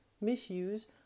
misuse